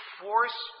force